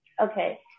Okay